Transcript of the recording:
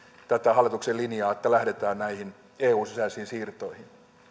tätä hallituksen linjaa että lähdetään näihin eun sisäisiin siirtoihin